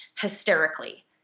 hysterically